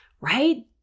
right